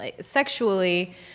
sexually